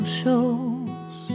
shows